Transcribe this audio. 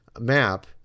map